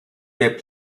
des